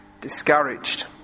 discouraged